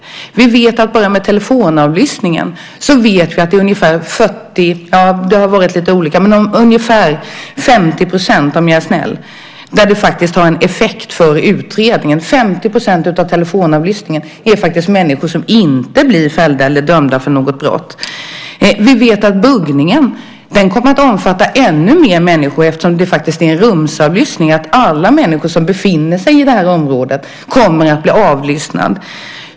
När det gäller telefonavlyssningen har uppgifterna varit lite olika, men vi vet att den i ungefär 50 % av fallen - om jag är snäll - har haft effekt för utredningen. 50 % av telefonavlyssningen gäller faktiskt människor som inte blir fällda eller dömda för något brott. Vi vet att buggningen kommer att omfatta ännu fler människor. Eftersom det handlar om rumsavlyssning kommer alla människor som befinner sig i området att bli avlyssnade.